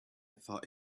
thought